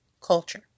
culture